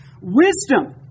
wisdom